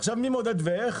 עכשיו לגבי מי מודד ואיך?